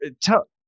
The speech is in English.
tell